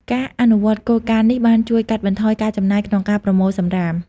ការអនុវត្តគោលការណ៍នេះបានជួយកាត់បន្ថយការចំណាយក្នុងការប្រមូលសំរាម។